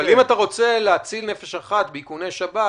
אבל אם אתה רוצה להציל נפש אחת באיכוני שב"כ,